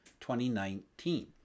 2019